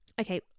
Okay